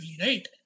right